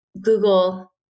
Google